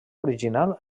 original